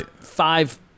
five